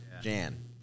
Jan